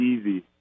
easy